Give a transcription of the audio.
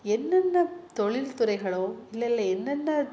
என்னென்ன தொழில் துறைகளோ இல்லைல்ல என்னென்ன